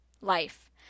Life